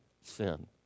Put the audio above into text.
sin